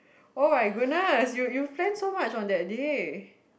oh my goodness you you plan so much on that day